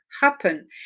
happen